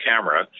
camera